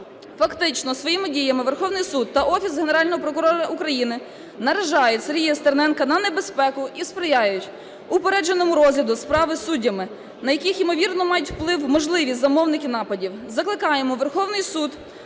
Фактично своїми діями Верховний Суд та Офіс Генерального прокурора України наражають Сергія Стерненка на небезпеку і сприяють упередженому розгляду справи суддями, на яких ймовірно мають вплив можливі замовники нападів. Закликаємо Верховний Суд